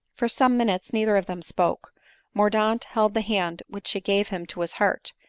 for some minutes neither of them spoke mordaunt held the hand which she gave him to his heart,